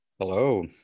Hello